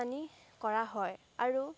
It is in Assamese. ৰপ্তানি কৰা হয় আৰু